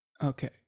Okay